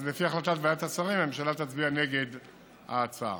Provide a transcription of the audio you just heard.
לפי החלטת ועדת השרים הממשלה תצביע נגד ההצעה.